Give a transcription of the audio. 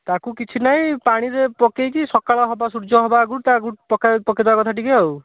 ତାକୁ କିଛି ନାହିଁ ପାଣିରେ ପକାଇକି ସକାଳ ହେବା ସୂର୍ଯ୍ୟ ହେବା ଆଗରୁ ତାକୁ ପକାଇଦେବା କଥା ଟିକିଏ ଆଉ